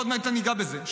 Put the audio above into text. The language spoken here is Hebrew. ועוד מעט אני אגע בזה.